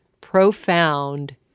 profound